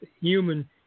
human